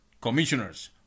commissioners